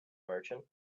merchant